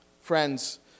Friends